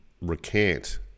recant